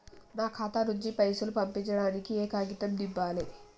నా ఖాతా నుంచి పైసలు పంపించడానికి ఏ కాగితం నింపాలే?